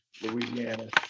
Louisiana